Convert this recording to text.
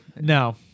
No